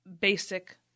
basic